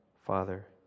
Father